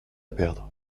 perdre